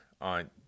on